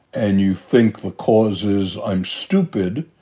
and you think the cause is i'm stupid,